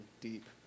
deep